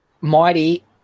mighty